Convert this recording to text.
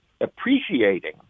appreciating